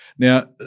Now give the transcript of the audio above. Now